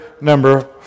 number